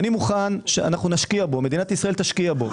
אני מוכן שמדינת ישראל תשקיע בו,